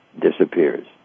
disappears